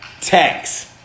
tax